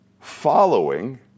following